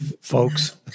folks